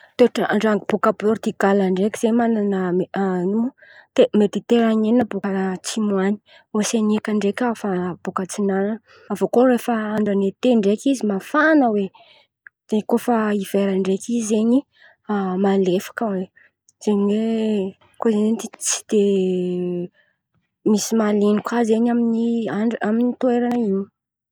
Toatran-dra bôka Pôritigaly ndreky zen̈y manana me te anena baka atsimo an̈y ôseniaka ndreky avy baka antsinana, avô koa fa andra ny ete ndreky mafana oe. De koa fa hivera ndreky izy zen̈y malefaka oe zen̈y oe tsy de misy mahaleny kà amin’ny andra amin’ny toerana in̈y.